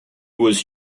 was